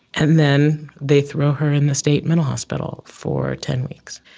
and then they throw her in the state mental hospital for ten weeks.